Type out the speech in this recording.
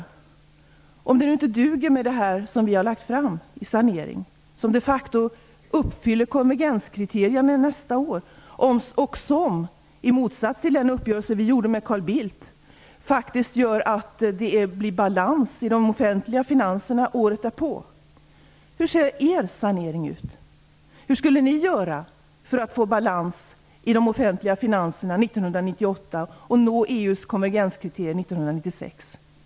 Tydligen duger det inte med de saneringsåtgärder som vi har lagt fram, som de facto uppfyller konvergenskriterierna nästa år och som - i motsats till den uppgörelse vi gjorde med Carl Bildt - faktiskt skapar balans i de offentliga finanserna året därpå. Hur ser då er sanering ut? Hur skulle Moderaterna göra för att få balans i de offentliga finanserna 1998 och nå EU:s konvergenskriterium 1996?